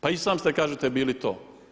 Pa i sam ste kažete bili to.